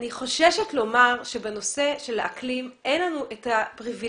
אני חוששת לומר שבנושא של האקלים אין את הפריבילגיה